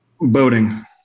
Boating